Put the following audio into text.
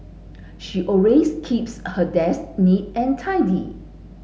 she always keeps her desk neat and tidy